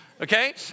okay